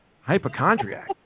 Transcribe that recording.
Hypochondriac